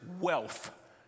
wealth